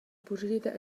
purschida